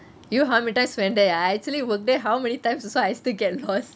you how many times went there ah I actually work there how many times also I still get lost